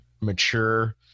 mature